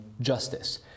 Justice